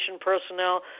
personnel